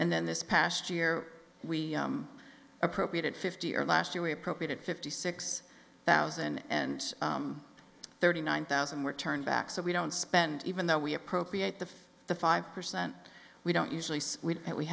and then this past year we appropriated fifty or last year we appropriated fifty six thousand and thirty nine thousand were turned back so we don't spend even though we appropriate the the five percent we don't usually